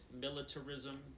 militarism